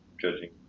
judging